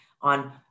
on